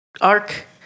arc